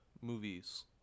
movies